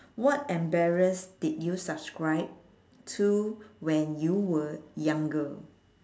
what embarrass did you subscribe to when you were younger